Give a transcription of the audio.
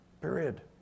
period